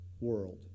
world